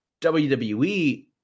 wwe